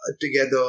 together